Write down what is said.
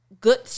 good